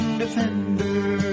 defender